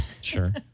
Sure